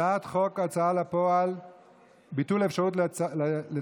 הצעת חוק ההוצאה לפועל (ביטול האפשרות לצוות